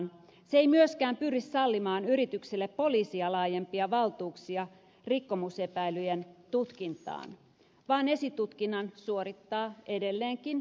se ei myöskään pyri sallimaan yrityksille poliisia laajempia valtuuksia rikkomusepäilyjen tutkintaan vaan esitutkinnan suorittaa edelleenkin poliisi